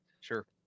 sure